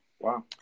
Wow